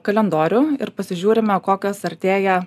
kalendorių ir pasižiūrime kokios artėja